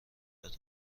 مدت